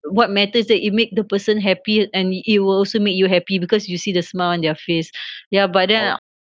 what matters is that you make the person happy and it will also make you happy because you see the smile on their face ya but then I